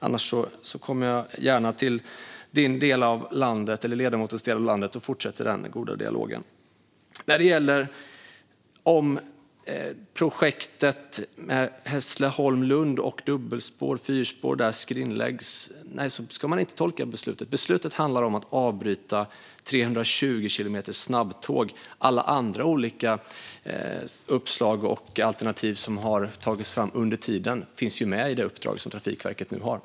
Annars kommer jag gärna till ledamotens del av landet och fortsätter den goda dialogen. Skrinläggs då projektet Hässleholm-Lund och dubbelspår och fyrspår där? Nej, så ska man inte tolka beslutet. Beslutet handlar om att avbryta när det gäller snabbtåg som går i 320 kilometer i timmen. Alla andra olika uppslag och alternativ som har tagits fram under tiden finns med i det uppdrag som Trafikverket nu har.